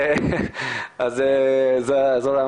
וזה מאוד